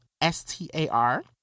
S-T-A-R